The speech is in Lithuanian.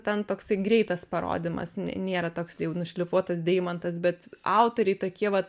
ten toksai greitas parodymas ne nėra toks jau nušlifuotas deimantas bet autoriai tokie vat